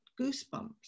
goosebumps